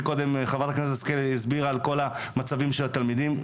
חברת הכנסת שרן, הסבירה על כל המצבים של התלמידים.